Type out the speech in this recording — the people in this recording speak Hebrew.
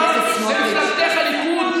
יריבך המר במפלגתך הליכוד.